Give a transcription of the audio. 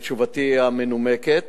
בתשובתי המנומקת.